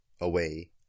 away